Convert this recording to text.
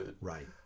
right